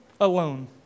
alone